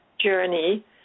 journey